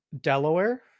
Delaware